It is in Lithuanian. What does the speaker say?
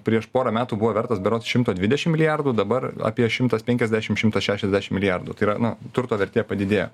prieš porą metų buvo vertas berods šimto dvidešim milijardų dabar apie šimtas penkiasdešim šimtas šešiasdešim milijardų tai yra nu turto vertė padidėjo